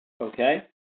Okay